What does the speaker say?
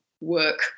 work